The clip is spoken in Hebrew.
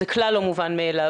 זה כלל לא מובן מאליו,